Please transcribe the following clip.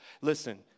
Listen